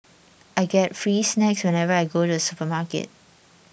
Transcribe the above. I get free snacks whenever I go to the supermarket